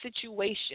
situation